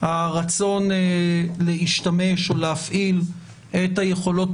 הרצון להשתמש או להפעיל את היכולות